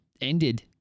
ended